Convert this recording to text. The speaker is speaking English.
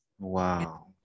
Wow